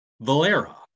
Valera